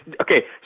Okay